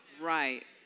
Right